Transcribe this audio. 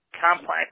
complex